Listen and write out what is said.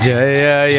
Jaya